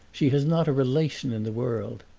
she has not a relation in the world.